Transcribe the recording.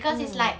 mm